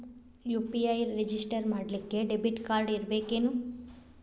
UPI register ಮಾಡ್ಲಿಕ್ಕೆ debit card ಇರ್ಬೇಕೇನು?